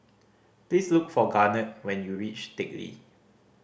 please look for Garnet when you reach Teck Lee